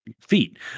feet